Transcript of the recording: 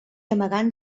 amagant